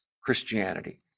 Christianity